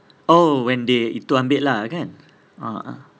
oh when they itu ambil lah kan